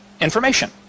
information